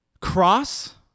Cross